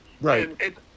Right